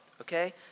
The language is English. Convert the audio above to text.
okay